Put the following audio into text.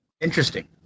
interesting